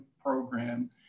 program